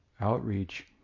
outreach